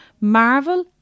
Marvel